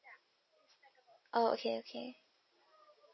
oh okay okay